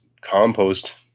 compost